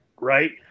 right